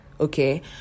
Okay